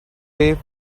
pay